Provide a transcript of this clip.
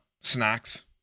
snacks